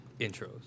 intros